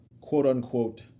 quote-unquote